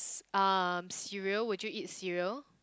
c~ um cereal would you eat cereal